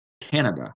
Canada